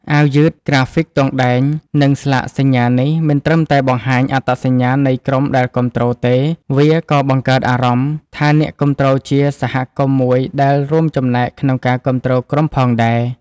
អាវយឺត ក្រាហ្វិកទង់ដែង និងស្លាកសញ្ញានេះ មិនត្រឹមតែបង្ហាញអត្តសញ្ញាណនៃក្រុមដែលគាំទ្រ ទេ វាក៏បង្កើតអារម្មណ៍ថាអ្នកគាំទ្រជាសហគមន៍មួយដែលរួមចំណែកក្នុងការគាំទ្រក្រុមផងដែរ។